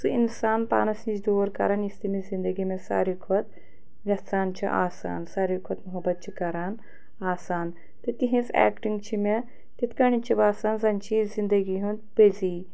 سُہ اِنسان پانَس نِش دوٗر کَران یُس تٔمِس زندگی منٛز ساروی کھۄت وٮ۪ژھان چھُ آسان ساروی کھۄتہٕ مُحبت چھُ کَران آسان تہِ تِہِنٛز اٮ۪کٹِنٛگ چھِ مےٚ تِتھ کٔنٮ۪تھ چھِ باسان زَن چھِ یہِ زندگی ہُنٛد پٔزی